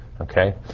Okay